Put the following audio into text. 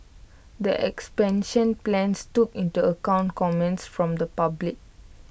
the expansion plans took into account comments from the public